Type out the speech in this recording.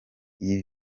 iyi